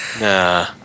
Nah